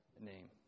name